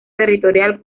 territorial